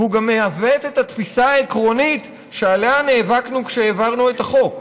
והוא גם מעוות את התפיסה העקרונית שעליה נאבקנו כשהעברנו את החוק.